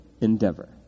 endeavor